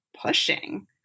pushing